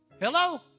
Hello